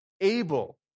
able